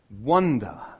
wonder